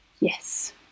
Yes